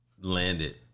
landed